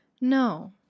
No